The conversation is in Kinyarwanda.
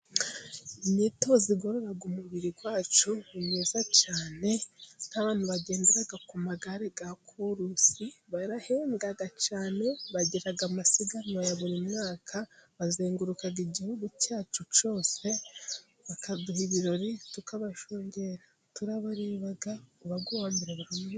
Imyito igorora umubiri wacu ni myiza cyane, n'abantu bagendera ku magare ya kurusi barahembwa cyane, bagira amasiganwa ya buri mwaka bazenguruka igihugu cyacu cyose bakaduha ibirori, tukabashungera, turabareba ubaye uwa mbere...